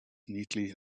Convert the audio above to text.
neatly